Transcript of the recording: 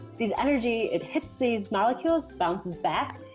these energy, it hits these molecules, bounces back.